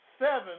seven